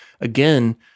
again